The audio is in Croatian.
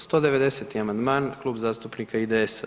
190. amandman Klub zastupnika IDS-a.